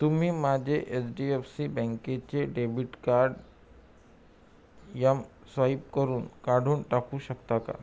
तुम्ही माझे H D F C बँकेचे डेबिट कार्ड एमस्वाईप करून काढून टाकू शकता का